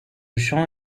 chant